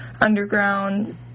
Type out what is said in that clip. underground